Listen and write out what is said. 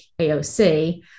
AOC